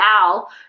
Al